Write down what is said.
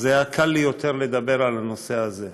היה קל לי יותר לדבר על הנושא הזה.